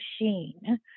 machine